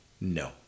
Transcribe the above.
No